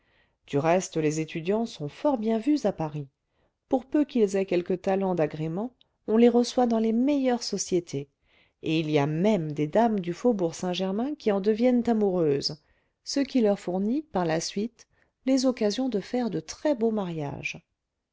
du reste les étudiants sont fort bien vus à paris pour peu qu'ils aient quelque talent d'agrément on les reçoit dans les meilleures sociétés et il y a même des dames du faubourg saint-germain qui en deviennent amoureuses ce qui leur fournit par la suite les occasions de faire de très beaux mariages